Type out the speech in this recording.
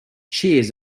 cheers